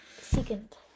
second